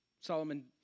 Solomon